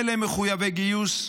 אלה מחויבי גיוס,